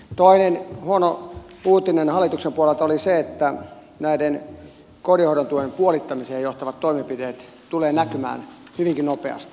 toinen huono uutinen hallituksen puolelta oli se että kotihoidon tuen puolittamiseen johtavat toimenpiteet tulevat näkymään hyvinkin nopeasti